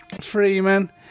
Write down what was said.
Freeman